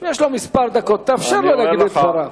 יש לו כמה דקות, תאפשר לו להגיד את דבריו.